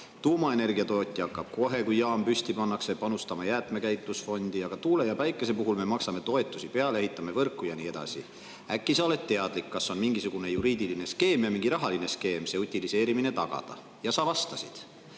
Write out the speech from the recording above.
Tuumaenergia tootja hakkab kohe, kui jaam püsti pannakse, panustama jäätmekäitlusfondi, aga tuule- ja päikese[energia] puhul me maksame toetusi peale, ehitame võrku ja nii edasi. [Ma küsisin,] äkki sa oled teadlik, kas on mingisugune juriidiline skeem ja mingi rahaline skeem, et see utiliseerimine tagada? Ja sa vastasid: